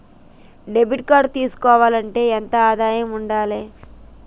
Credit card తీసుకోవాలంటే ఎంత ఆదాయం ఉండాలే?